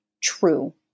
true